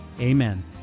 Amen